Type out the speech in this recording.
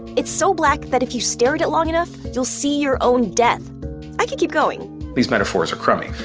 it's so black that if you stare at it long enough, you'll see your own death i could keep going these metaphors are crumby,